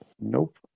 Nope